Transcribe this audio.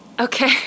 Okay